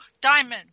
Diamond